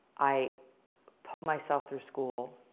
i put myself through school,